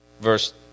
Verse